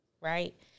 right